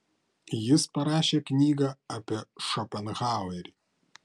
jis parašė knygą apie šopenhauerį